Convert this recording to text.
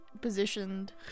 positioned